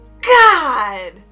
God